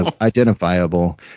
identifiable